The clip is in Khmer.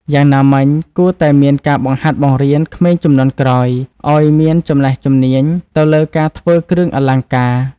យ៉ាងណាមិញ គួរតែមានការបង្ហាត់បង្រៀនក្មេងជំនាន់ក្រោយឲ្យមានចំណេះជំនាញ់ទៅលើការធ្វើគ្រឿងអលង្ការ។